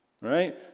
right